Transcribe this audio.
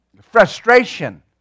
frustration